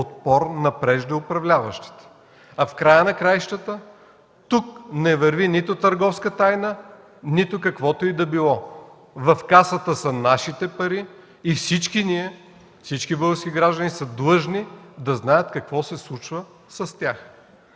В края на краищата тук не върви нито търговска тайна, нито каквото и да било. В Касата са нашите пари и всички ние, всички български граждани са длъжни да знаят какво се случва с тях.